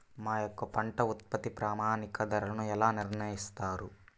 మా యొక్క పంట ఉత్పత్తికి ప్రామాణిక ధరలను ఎలా నిర్ణయిస్తారు?